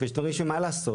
ויש דברים שמה לעשות,